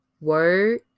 word